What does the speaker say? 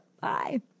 Bye